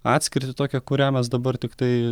atskirtį tokią kurią mes dabar tiktai